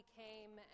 came